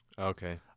Okay